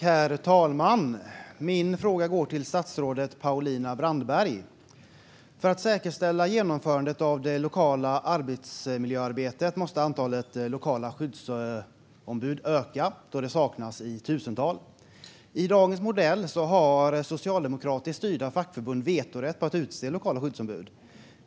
Herr talman! Min fråga går till statsrådet Paulina Brandberg. För att säkerställa genomförandet av det lokala arbetsmiljöarbetet måste antalet lokala skyddsombud öka, då de saknas i tusental. I dagens modell har socialdemokratiskt styrda fackförbund vetorätt på att utse lokala skyddsombud.